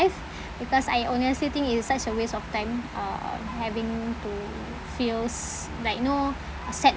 because I honestly think it's such a waste of time uh having to feel s~ like you know uh sad